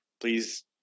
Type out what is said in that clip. Please